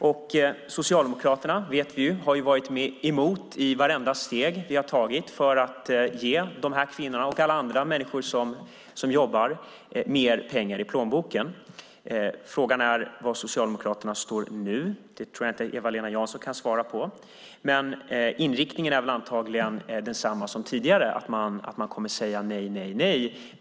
Vi vet att Socialdemokraterna har varit emot vartenda steg vi har tagit för att ge de här kvinnorna och alla andra människor som jobbar mer pengar i plånboken. Frågan är var Socialdemokraterna står nu. Det tror jag inte att Eva-Lena Jansson kan svara på. Men inriktningen är antagligen densamma som tidigare, att man kommer att säga: nej, nej, nej.